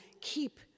keep